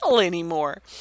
anymore